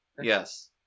Yes